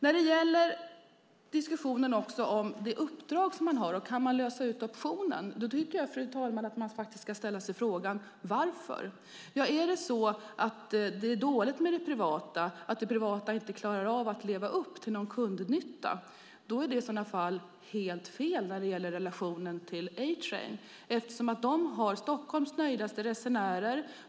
När det gäller uppdraget och om man kan lösa ut optionen tycker jag att man ska fråga sig varför. Om anledningen är att det privata inte klarar av att leva upp till en kundnytta är det helt fel när det gäller relationen till A-train. De har Stockholms mest nöjda resenärer.